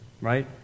Right